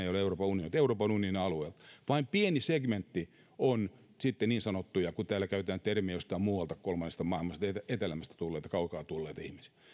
ei ole euroopan unionia vain pieni segmentti on sitten niin sanotusti kun täällä käytetään termejä jostain muualta kolmannesta maailmasta etelämmästä tulleita kaukaa tulleita ihmisiä